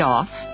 off